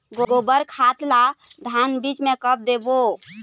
गोबर खाद ला धान बीज म कब देबो?